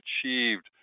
achieved